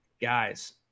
guys